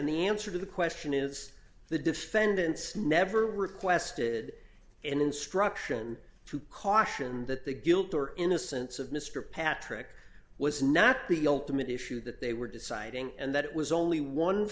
and the answer to the question is the defendant's never requested an instruction to caution that the guilt or innocence of mr patrick was not the ultimate issue that they were deciding and that it was only one